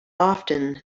often